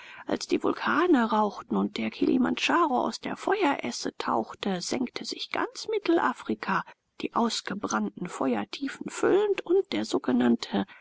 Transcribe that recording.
als die vulkane rauchten und der kilimandjaro aus der feueresse tauchte senkte sich ganz mittelafrika die ausgebrannten feuertiefen füllend und der sogenannte